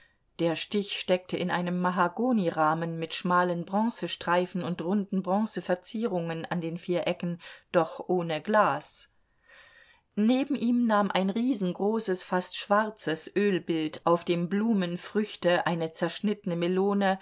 der stich steckte in einem mahagonirahmen mit schmalen bronzestreifen und runden bronzeverzierungen an den vier ecken doch ohne glas neben ihm nahm ein riesengroßes fast schwarzes ölbild auf dem blumen früchte eine zerschnittene melone